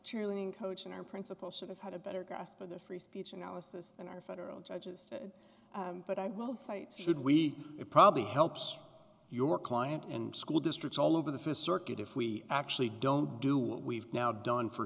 cheerleading coach and our principal should have had a better grasp of the free speech analysis than our federal judges but i will cite should we it probably helps your client and school districts all over the st circuit if we actually don't do what we've now done for